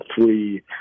three